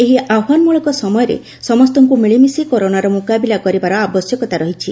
ଏହି ଆହ୍ବାନମ୍ଳକ ସମୟରେ ସମସ୍ତଙ୍କ ମିଳିମିଶି କରୋନାର ମୁକାବିଲା କରିବାର ଆବଶ୍ୟକତା ରହିଛି